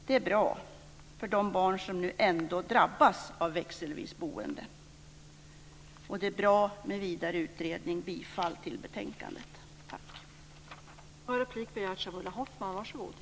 Det är bra för de barn som ändå drabbas av växelvis boende, och det är bra med vidare utredning. Jag yrkar bifall till hemställan i betänkandet.